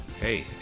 Hey